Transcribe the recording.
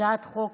הצעת חוק